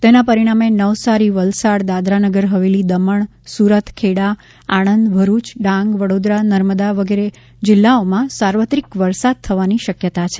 તેના પરિણામે નવસારી વલસાડ દાદરા નગર હવેલી દમણ સુરત ખેડા આણંદ ભરૂચ ડાંગ વડોદરા નર્મદા વગેરે જિલ્લાઓમાં સાર્વત્રિક વરસાદ થવાની શક્યતા છે